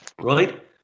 right